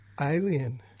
alien